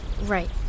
right